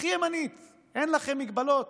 הכי ימנית, אין לכם הגבלות,